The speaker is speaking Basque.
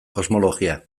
kosmologia